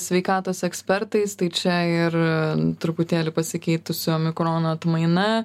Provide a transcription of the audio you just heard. sveikatos ekspertais tai čia ir truputėlį pasikeitusio mikrono atmaina